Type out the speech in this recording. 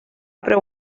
preu